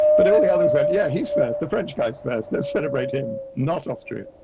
but all the other, yeah, he's first, the french guy, so but let's celebrate him, not austria.